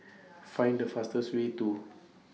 Find The fastest Way to